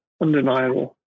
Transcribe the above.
undeniable